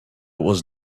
was